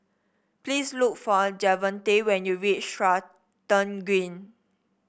please look for Javonte when you reach Stratton Green